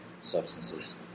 substances